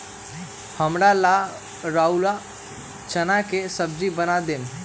हमरा ला रउरा चना के सब्जि बना देम